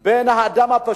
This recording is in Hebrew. בין האדם הפשוט,